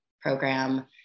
program